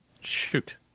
shoot